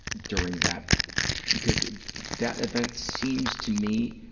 during that because that event seems, to me,